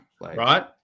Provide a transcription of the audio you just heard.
Right